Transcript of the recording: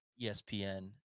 ESPN